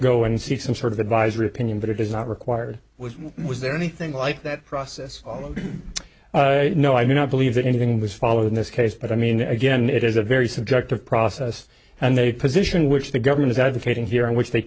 go and see some sort of advisory opinion but it is not required which was there anything like that process oh no i mean i believe that anything was followed in this case but i mean again it is a very subjective process and they position which the government is advocating here in which they